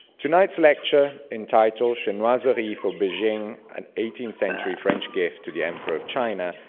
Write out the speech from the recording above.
tonight's lecture, entitled chinoiseries for beijing an eighteenth-century french gift to the emperor of china,